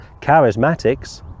charismatics